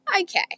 Okay